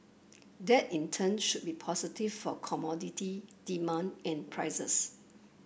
that in turn should be positive for commodity demand and prices